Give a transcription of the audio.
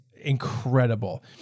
incredible